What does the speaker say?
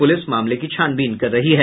police मामले की छानबीन कर रही है